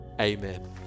amen